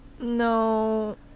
No